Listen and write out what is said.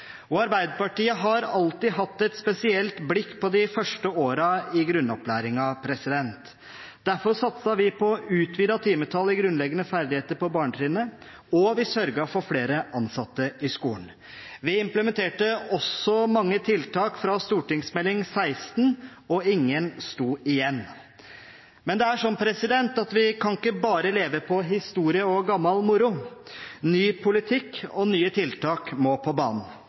Arbeiderpartiet har alltid hatt et spesielt blikk på de første årene i grunnopplæringen. Derfor satset vi på utvidet timetall i grunnleggende ferdigheter på barnetrinnet, og vi sørget for flere ansatte i skolen. Vi implementerte også mange tiltak fra St. meld. nr. 16 for 2006–2007, og «ingen sto igjen». Men vi kan ikke bare leve på historie og gammel moro. Ny politikk og nye tiltak må på banen.